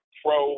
pro